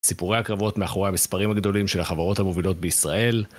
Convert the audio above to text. סיפורי הקרבות מאחורי המספרים הגדולים של החברות המובילות בישראל